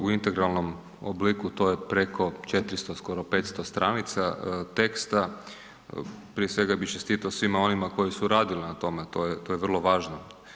U integralnom obliku to je preko 400 skoro 500 stranica teksta, prije svega bih čestitao svima onima koji su radili na tome, to je vrlo važno.